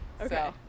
Okay